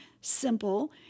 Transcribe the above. simple